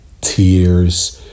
tears